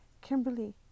Kimberly